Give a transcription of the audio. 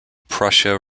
prussia